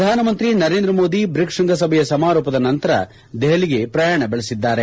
ಪ್ರಧಾನಮಂತ್ರಿ ನರೇಂದ್ರ ಮೋದಿ ಬ್ರಿಕ್ಸ್ ಶೃಂಗಸಭೆಯ ಸಮಾರೋಪದ ನಂತರ ದೆಹಲಿಗೆ ಪ್ರಯಾಣ ಬೆಳೆಸಿದ್ದಾರೆ